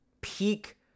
peak